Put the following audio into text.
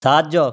সাহায্য